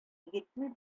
егетне